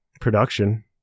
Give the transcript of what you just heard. production